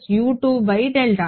సరైనది